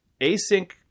Async